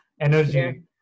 energy